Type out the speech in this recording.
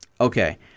Okay